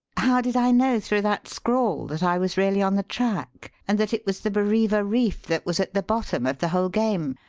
how did i know through that scrawl that i was really on the track, and that it was the bareva reef that was at the bottom of the whole game?